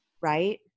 right